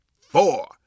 four